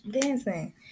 dancing